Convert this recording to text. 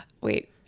Wait